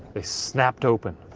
they snapped open.